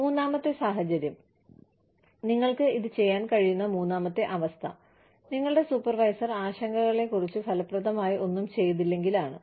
മൂന്നാമത്തെ സാഹചര്യം അല്ലെങ്കിൽ നിങ്ങൾക്ക് ഇത് ചെയ്യാൻ കഴിയുന്ന മൂന്നാമത്തെ അവസ്ഥ നിങ്ങളുടെ സൂപ്പർവൈസർ ആശങ്കകളെക്കുറിച്ച് ഫലപ്രദമായി ഒന്നും ചെയ്തില്ലെങ്കിൽ ആണ്